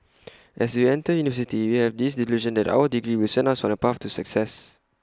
as we enter university we have this delusion that our degree will send us on A path to success